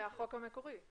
זה החוק המקורי.